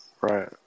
right